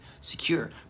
secure